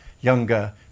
younger